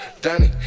Danny